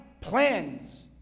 plans